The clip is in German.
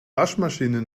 waschmaschine